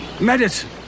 medicine